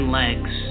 legs